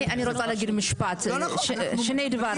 אני רוצה להגיד שני דברים,